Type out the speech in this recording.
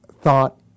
thought